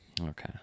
Okay